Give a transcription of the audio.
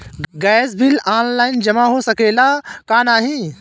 Gas bill online जमा हो सकेला का नाहीं?